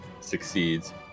succeeds